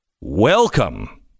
Welcome